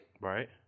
Right